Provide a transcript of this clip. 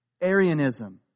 Arianism